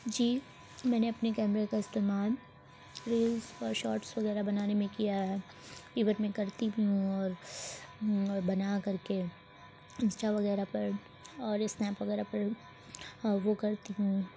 جی میں نے اپنے کیمرے کا استعمال ریلس اور شارٹس وغیرہ بنانے میں کیا ہے ایون میں کرتی ہوں اور بنا کر کے انسٹا وغیرہ پر اور اسنیپ وغیرہ پر اور وہ کرتی ہوں